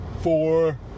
four